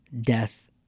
death